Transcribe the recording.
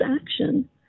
action